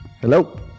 Hello